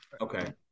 Okay